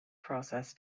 process